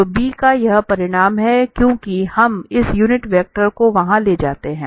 तो b का यह परिमाण 1 है क्योंकि हम इस यूनिट वेक्टर को वहां ले जाते हैं